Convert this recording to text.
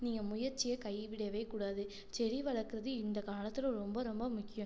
நீங்கள் முயற்சியை கைவிடவே கூடாது செடி வளர்க்கறது இந்தக் காலத்தில் ரொம்ப ரொம்ப முக்கியம்